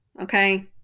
Okay